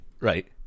right